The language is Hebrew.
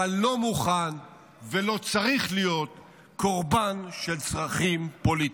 אבל לא מוכן ולא צריך להיות קורבן של צרכים פוליטיים.